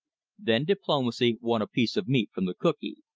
then diplomacy won a piece of meat from the cookee.